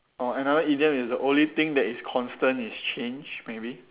orh another idiom is the only thing that is constant is change maybe